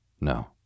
No